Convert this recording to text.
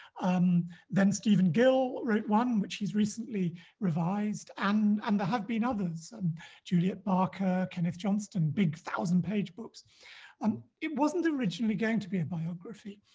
um then stephen gill wrote one which he's recently revised and there and have been others juliet barker, kenneth johnston, big thousand-page books and it wasn't originally going to be biography.